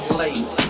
late